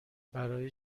برای